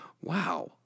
wow